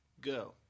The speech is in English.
Go